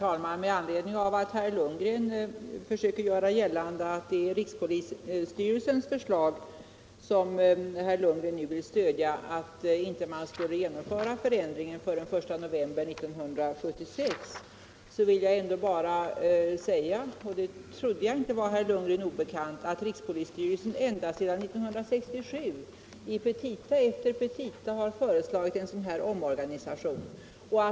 Herr talman! Herr Lundgren försöker göra gällande att det är rikspolisstyrelsens förslag han stöder då han förordar att man inte skulle genomföra förändringen förrän den 1 november 1976. Jag trodde inte det var herr Lundgren obekant att rikspolisstyrelsen ända sedan 1967 i petita efter petita föreslagit en omorganisation.